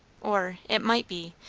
or, it might be,